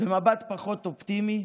במבט פחות אופטימי,